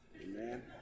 Amen